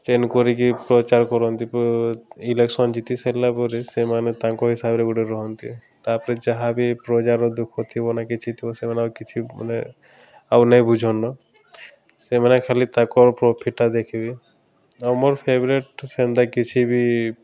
stand କରିକି ପ୍ରଚାର୍ କରନ୍ତି ଇଲେକ୍ସନ୍ ଜିତି ସାରିଲା ପରେ ସେମାନେ ତାଙ୍କ ହିସାବରେ ଗୋଟେ ରୁହନ୍ତି ତା'ପରେ ଯାହାବି ପ୍ରଜାର ଦୁଃଖ ଥିବ ନା କିଛି ଥିବ ସେମାନେ ଆଉ କିଛି ମାନେ ଆଉ ନାଇଁ ବୁଝନ୍ ନ ସେମାନେ ଖାଲି ତାକର୍ ପ୍ରଫିଟ୍ଟା ଦେଖ୍ବେ ଆଉ ମୋର୍ ଫେଭ୍ରେଟ୍ ହେନ୍ତା କିଛି ବି